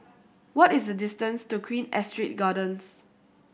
what is the distance to Queen Astrid Gardens